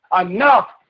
enough